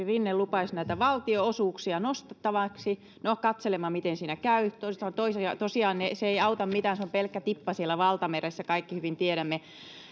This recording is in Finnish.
rinne lupasi näitä valtionosuuksia nostettavaksi no katselemme miten siinä käy toiset sanovat toisin ja ja tosiaan se ei auta mitään se on pelkkä tippa siellä valtameressä sen me kaikki hyvin tiedämme